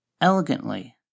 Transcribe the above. elegantly